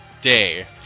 day